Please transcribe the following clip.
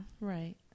Right